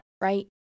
Right